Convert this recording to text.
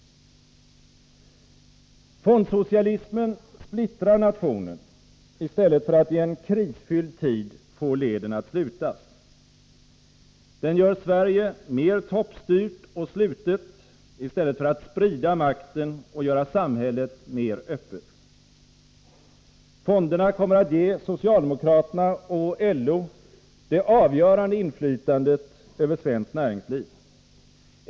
Fondsocialismen splittrar nationen i stället för att i en krisfylld tid få leden att slutas. Den gör Sverige mer toppstyrt och slutet i stället för att sprida makten och göra samhället mer öppet. Fonderna kommer att ge socialdemokraterna och LO det avgörande inflytandet över svenskt näringsliv.